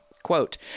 Quote